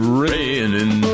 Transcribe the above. raining